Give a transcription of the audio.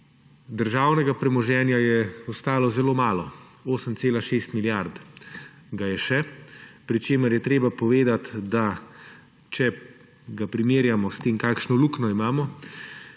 Državnega premoženja je ostalo zelo malo, 8,6 milijard ga je še, pri čemer je treba povedati, da če ga primerjamo s tem, kakšno luknjo imamo,